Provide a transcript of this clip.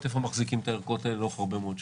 איפה מחזיקים את הערכות האלה לאורך הרבה מאוד שנים.